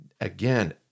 Again